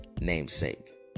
namesake